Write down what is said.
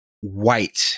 white